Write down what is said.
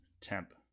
temp